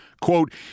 Quote